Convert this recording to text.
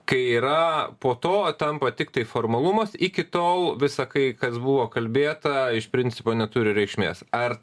kai yra po to tampa tiktai formalumas iki tol visą kai kas buvo kalbėta iš principo neturi reikšmės ar